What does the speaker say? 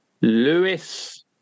Lewis